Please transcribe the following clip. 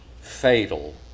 fatal